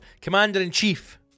Commander-in-Chief